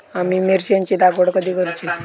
आम्ही मिरचेंची लागवड कधी करूची?